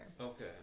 Okay